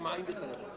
לי ולעשרות אלפים כמוני.